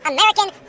American